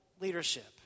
leadership